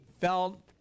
felt